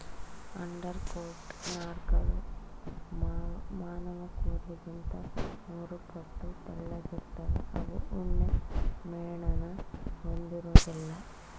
undercoat ನಾರ್ಗಳು ಮಾನವಕೂದ್ಲಿಗಿಂತ ಮೂರುಪಟ್ಟು ತೆಳ್ಳಗಿರ್ತವೆ ಅವು ಉಣ್ಣೆಮೇಣನ ಹೊಂದಿರೋದಿಲ್ಲ